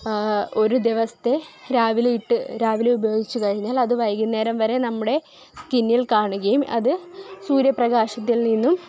ഒരു ദിവസത്തെ രാവിലെ ഇട്ട് രാവിലെ ഉപയോഗിച്ചു കഴിഞ്ഞാല് അത് വൈകുന്നേരം വരെ നമ്മുടെ സ്കിന്നില് കാണുകയും അത് സൂര്യ പ്രകാശത്തില് നിന്നും